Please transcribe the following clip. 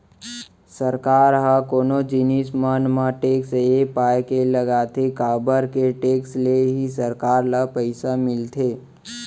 सरकार ह कोनो जिनिस मन म टेक्स ये पाय के लगाथे काबर के टेक्स ले ही सरकार ल पइसा मिलथे